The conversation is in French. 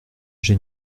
j’ai